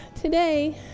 Today